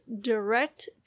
direct